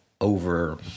over